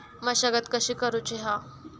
मशागत कशी करूची हा?